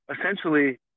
essentially